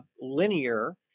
linear